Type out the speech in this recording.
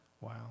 wow